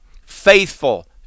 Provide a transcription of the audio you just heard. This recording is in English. faithful